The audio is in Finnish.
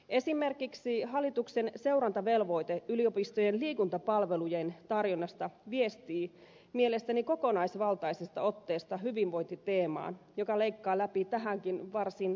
esimerkiksi hallituksen seurantavelvoite yliopistojen liikuntapalvelujen tarjonnasta viestii mielestäni kokonaisvaltaisesta otteesta hyvinvointiteemaan joka leikkaa läpi tähänkin varsin hallinnolliseen lakiesitykseen